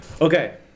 okay